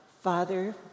Father